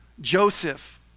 Joseph